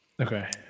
Okay